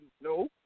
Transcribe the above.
no